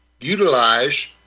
utilize